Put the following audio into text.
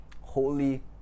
holy